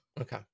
Okay